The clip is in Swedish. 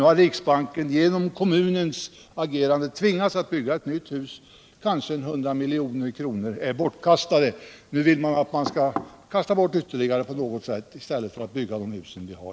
Nu har riksbanken genom kommunens agerande tvingats bygga ett nytt hus. Kanske 100 milj.kr. är bortkastade. Nu vill man kasta bort ytterligare pengar i stället för att bygga om det hus vi har.